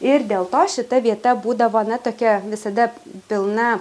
ir dėl to šita vieta būdavo na tokia visada pilna